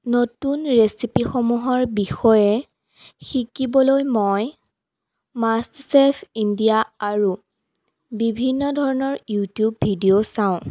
নতুন ৰেচিপিসমূহৰ বিষয়ে শিকিবলৈ মই মাষ্টাৰচেফ ইণ্ডিয়া আৰু বিভিন্ন ধৰণৰ ইউটিউব ভিডিঅ' চাওঁ